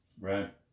right